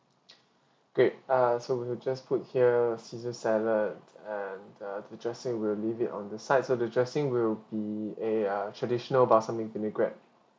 great uh so we will just put here caesar salad and uh the dressing we'll leave it on the sides so the dressing will be a uh traditional balsamic vinegar